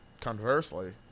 conversely